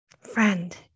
Friend